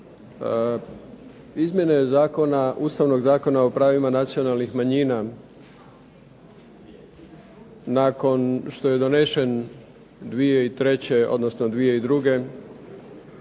Izmjene Ustavnog zakona o pravima nacionalnih manjina nakon što je donešen 2003. odnosno 2002. prva